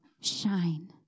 shine